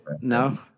no